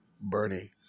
Bernie